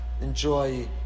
enjoy